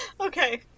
Okay